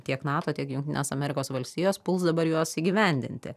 tiek nato tiek jungtinės amerikos valstijos puls dabar juos įgyvendinti